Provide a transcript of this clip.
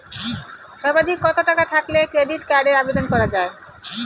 সর্বাধিক কত টাকা থাকলে ক্রেডিট কার্ডের আবেদন করা য়ায়?